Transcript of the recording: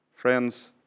Friends